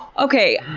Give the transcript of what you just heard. okay.